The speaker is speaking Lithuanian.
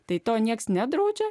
tai to niekas nedraudžia